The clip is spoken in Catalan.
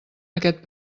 aquest